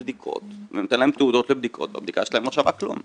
בדיקות ונותן להם תעודות לבדיקות והבדיקה שלהם לא שווה כלום.